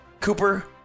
Cooper